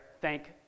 thank